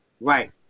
Right